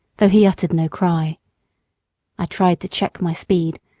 though he uttered no cry i tried to check my speed,